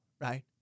right